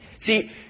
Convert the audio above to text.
See